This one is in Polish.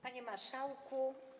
Panie Marszałku!